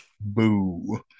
Boo